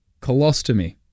colostomy